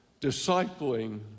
discipling